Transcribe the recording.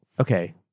okay